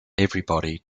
everybody